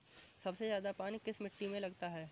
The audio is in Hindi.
सबसे ज्यादा पानी किस मिट्टी में लगता है?